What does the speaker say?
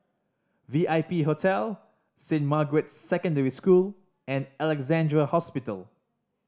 V I P Hotel Saint Margaret's Secondary School and Alexandra Hospital